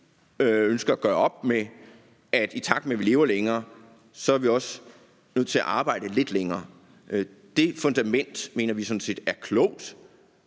ønsker at gøre op med, at vi, i takt med at vi lever længere, er nødt til at arbejde længere. Det fundament mener vi sådan set er klogt.